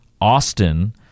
Austin